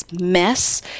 mess